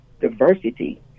diversity